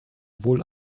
wohl